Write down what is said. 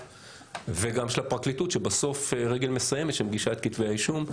וגם של הפרקליטות שבסוף היא רגל מסיימת שמגישה את כתבי האישום,